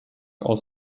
aus